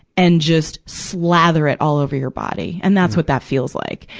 and just slather it all over your body. and that's what that feels like.